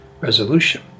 resolution